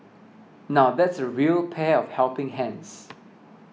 now that's a real pair of helping hands